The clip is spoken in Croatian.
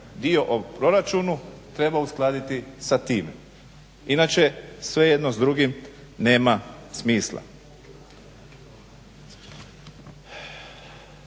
dio o proračunu treba uskladiti sa time. Inače sve jedno s drugim nema smisla.